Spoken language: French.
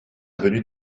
avenue